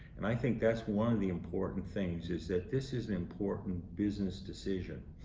and i think that's one of the important things, is that this is an important business decision.